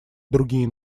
другие